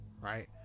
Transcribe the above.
Right